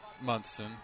Munson